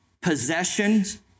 possessions